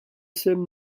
same